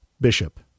Bishop